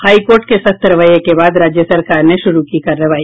high court के सख्त रवैये के बाद राज्य सरकार ने शुरू की कार्रवाई